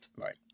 Right